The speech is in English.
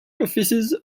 offices